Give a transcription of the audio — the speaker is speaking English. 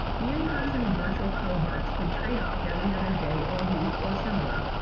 the in person virtual cohorts could trade off every other day or week or similar.